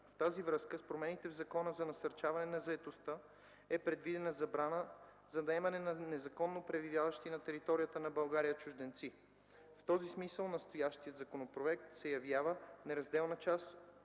В тази връзка, с промените в Закона за насърчаване на заетостта (ЗНЗ) е предвидена забрана за наемане на незаконно пребиваващи на територията на България чужденци. В този смисъл настоящият законопроект се явява неразделна част